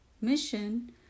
mission